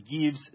gives